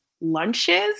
lunches